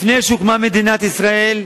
לפני שהוקמה מדינת ישראל,